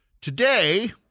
Today